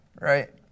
right